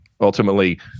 ultimately